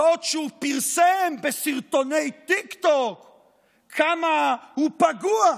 הוא פרסם בסרטוני טיקטוק כמה הוא פגוע.